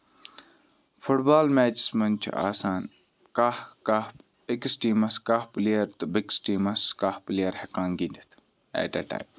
foot بال matches منٛز چھِ آسان کاہ کاہ أکِس ٹایٖمَس کاہ پِلیر تہٕ بیٚیہِ کِس ٹایٖمَس کاہ پِلیر ہٮ۪کان گِندِتھ ایٹ اَ ٹایم